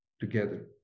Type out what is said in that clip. together